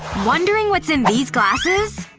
wondering what's in these glasses?